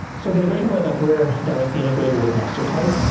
so the integration point, like we're directly integrated with mastercard.